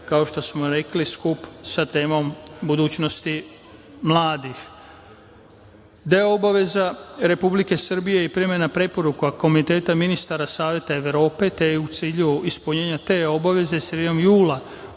kao što smo rekli, skup sa temom budućnosti mladih. Deo obaveza Republike Srbije i primena preporuka Komiteta ministara Saveta Evrope, te u cilju ispunjenja te obaveze sredinom jula